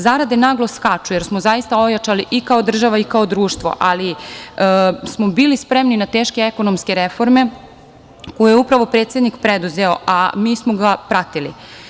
Zarade naglo skaču, jer smo zaista ojačali i kao država i kao društvo, ali smo bili spremni na teške ekonomske reforme, koje je upravo predsednik preduzeo, a mi smo ga pratili.